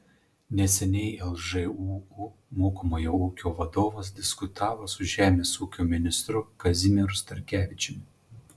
neseniai lžūu mokomojo ūkio vadovas diskutavo su žemės ūkio ministru kazimieru starkevičiumi